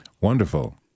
Wonderful